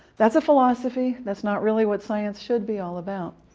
that's a philosophy that's not really what science should be all about.